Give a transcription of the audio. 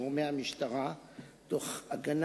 חז"ל אמרו עליו: "אין הברכה שרויה אלא בדבר הסמוי מן העין".